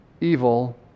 evil